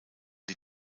die